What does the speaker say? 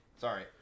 sorry